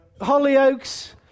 Hollyoaks